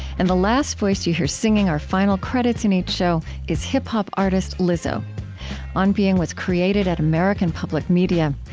and the last voice you hear, singing our final credits in each show, is hip-hop artist lizzo on being was created at american public media.